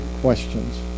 questions